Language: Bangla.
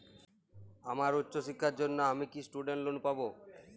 আমার উচ্চ শিক্ষার জন্য আমি কি স্টুডেন্ট লোন পাবো